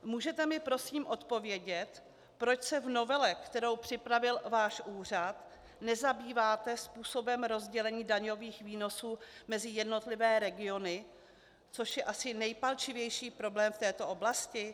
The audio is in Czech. Můžete mi prosím odpovědět, proč se v novele, kterou připravil váš úřad, nezabýváte způsobem rozdělení daňových výnosů mezi jednotlivé regiony, což je asi nejpalčivější problém v této oblasti?